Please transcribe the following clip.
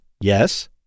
Yes